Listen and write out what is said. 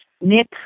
Nick